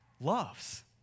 loves